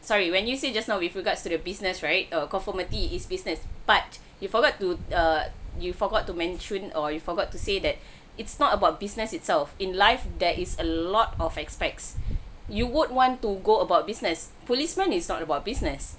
sorry when you say just now with regards to the business right err conformity is business but you forgot to err you forgot to mention or you forgot to say that it's not about business itself in life there is a lot of aspects you won't want to go about business policeman is not about business